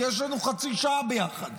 כי יש לנו חצי שעה ביחד.